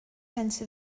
sense